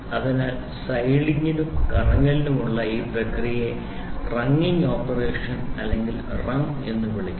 അതിനാൽ സ്ലൈഡിംഗിനും കറങ്ങലിനുമുള്ള ഈ പ്രക്രിയയെ റംഗിംഗ് ഓപ്പറേഷൻ അല്ലെങ്കിൽ റംഗ് എന്ന് വിളിക്കുന്നു